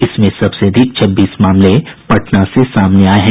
इसमें सबसे अधिक छब्बीस मामले पटना से सामने आये हैं